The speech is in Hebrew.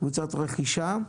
קבוצת רכישה,